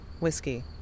whiskey